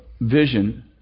vision